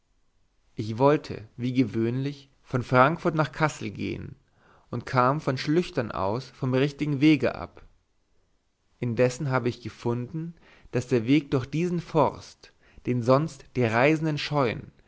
ich wollte wie gewöhnlich von frankfurt nach kassel gehen und kam von schlüchtern aus vom richtigen wege ab indessen habe ich gefunden daß der weg durch diesen forst den sonst die reisenden scheuen